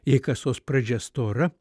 jai kasos pradžia stora